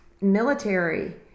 military